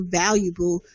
valuable